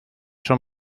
son